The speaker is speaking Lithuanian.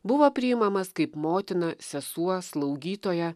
buvo priimamas kaip motina sesuo slaugytoja